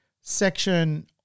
section